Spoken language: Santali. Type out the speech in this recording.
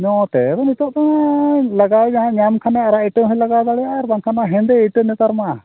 ᱱᱚᱛᱮ ᱫᱚ ᱱᱤᱛᱳᱜ ᱫᱚ ᱞᱟᱜᱟᱣᱮᱫ ᱡᱟᱦᱟᱭ ᱧᱟᱢ ᱠᱷᱟᱱᱮ ᱟᱨᱟᱜ ᱤᱴᱟᱹ ᱦᱚᱸᱭ ᱞᱟᱜᱟᱣ ᱫᱟᱲᱮᱭᱟᱜᱼᱟ ᱟᱨ ᱵᱟᱝᱠᱷᱟᱱ ᱫᱚ ᱦᱮᱸᱫᱮ ᱤᱴᱟᱹ ᱱᱮᱛᱟᱨ ᱢᱟ